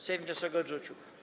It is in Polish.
Sejm wniosek odrzucił.